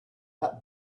had